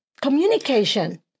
communication